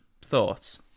thoughts